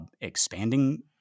expanding